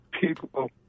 people